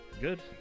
Good